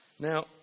Now